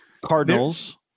Cardinals